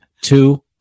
two